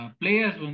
players